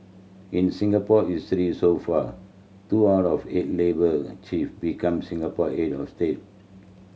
in Singapore history so far two out of eight labour chief become Singapore head of state